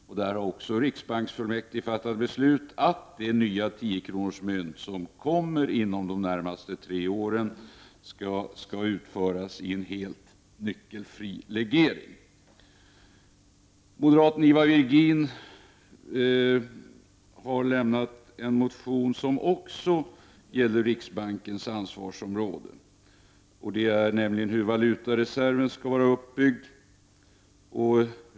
Riksbanksfullmäktige har även här fattat beslut om att det nya tiokronorsmynt som kommer inom de närmaste tre åren skall utföras i en helt nickelfri lege Moderaten Ivar Virgin har lämnat en motion som också gäller riksbankens ansvarsområde, nämligen hur valutareserven skall vara uppbyggd.